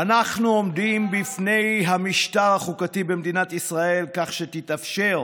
אנחנו עומדים בפני שינוי המשטר החוקתי במדינת ישראל כך שתתאפשר,